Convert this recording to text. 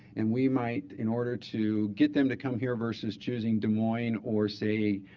and we might, in order to get them to come here versus choosing des moines or, say,